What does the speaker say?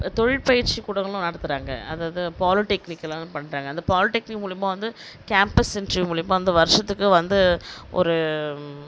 தொழில்பயிற்சி கூடங்களும் நடத்தறாங்க அது அது பாலிடெக்னிக்லாம் பண்ணுறாங்க அந்த பாலிடெக்னிக் மூலயமா வந்து கேம்பஸ் இன்டர்வியூ மூலயமா இந்த வருஷத்துக்கு வந்து ஒரு